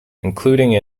including